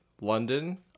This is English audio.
London